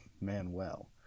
Manuel